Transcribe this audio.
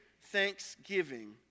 thanksgiving